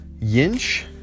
yinch